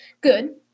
Good